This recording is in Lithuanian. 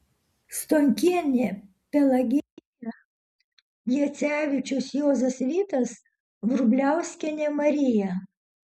stonkienė pelagėja jacevičius juozas vytas vrubliauskienė marija